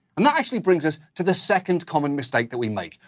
and that actually brings us to the second common mistake that we make.